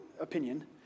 opinion